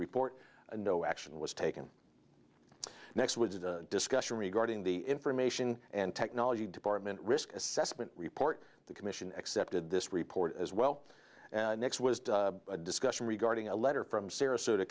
report and no action was taken next was the discussion regarding the information and technology department risk assessment report the commission accepted this report as well next was a discussion regarding a letter from sarasota